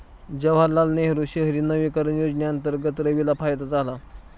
जवाहरलाल नेहरू शहरी नवीकरण योजनेअंतर्गत रवीला फायदा झाला